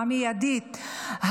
המיידית,